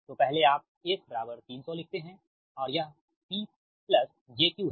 तो पहले आप S बराबर 300 लिखते हैं और यह P j Q है